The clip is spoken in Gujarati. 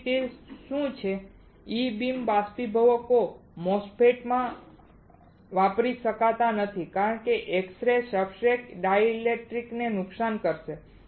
તેથી તે શું છે કે E બીમ બાષ્પીભવકો MOSFET માં વાપરી શકાતા નથી કારણ કે એક્સ રે સબસ્ટ્રેટ્સ અને ડાઇલેક્ટ્રિકને નુકસાન કરશે